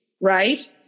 right